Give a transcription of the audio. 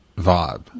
Vibe